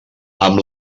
amb